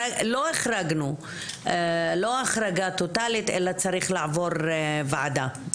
לא החרגנו, לא החרגה טוטאלית אלא צריך לעבור ועדה.